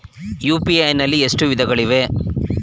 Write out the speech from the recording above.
UPI ನಲ್ಲಿ ಎಷ್ಟು ವಿಧಗಳಿವೆ?